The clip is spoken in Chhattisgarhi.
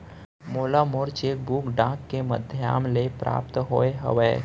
मोला मोर चेक बुक डाक के मध्याम ले प्राप्त होय हवे